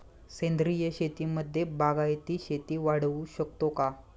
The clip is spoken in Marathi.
सेंद्रिय शेतीमध्ये बागायती शेती वाढवू शकतो का?